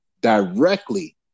directly